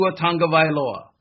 Tonga-Vailoa